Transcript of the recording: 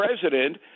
president